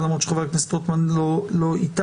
למרות שחבר הכנסת רוטמן לא איתנו.